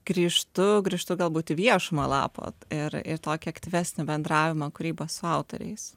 grįžtu grįžtu galbūt į viešumą lapo ir ir tokį aktyvesnį bendravimą kūryba su autoriais